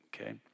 okay